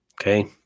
okay